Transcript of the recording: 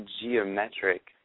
Geometric